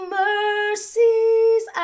mercies